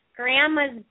Grandma's